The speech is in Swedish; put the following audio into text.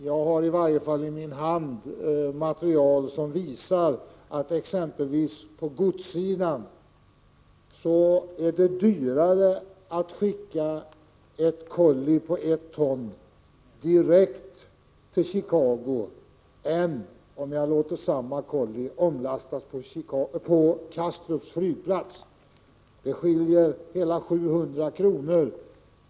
Jag har emellertid i min hand material som visar att det exempelvis på godssidan är dyrare att skicka ett kolli på 1 ton från Landvetter direkt till Chicago än om man låter samma kolli omlastas på Kastrups flygplats. Det skiljer hela 700 kr.